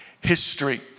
history